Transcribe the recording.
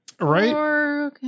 right